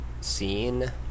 seen